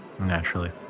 Naturally